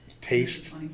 taste